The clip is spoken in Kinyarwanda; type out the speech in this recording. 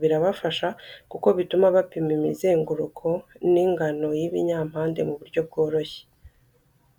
birabafasha kuko bituma bapima imizenguruko n'ingano y'ibinyampande mu buryo bworoshye.